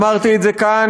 אמרתי את זה כאן,